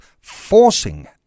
forcing